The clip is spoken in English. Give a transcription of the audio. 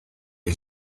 his